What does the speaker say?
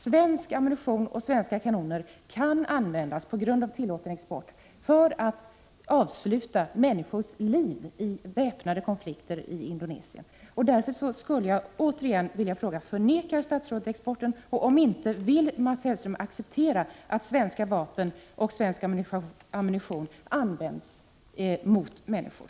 Svensk ammunition och svenska kanoner kan alltså, på grund av tillåten export, användas för att släcka människors liv i väpnade konflikter i Indonesien. Därför skulle jag återigen vilja fråga: Förnekar statsrådet exporten, och, om inte, vill Mats Hellström acceptera att svenska vapen och svensk ammunition används mot människor?